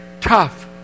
tough